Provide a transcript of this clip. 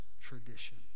tradition